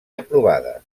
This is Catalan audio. aprovades